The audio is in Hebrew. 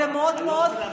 אני לא רוצה להפריע,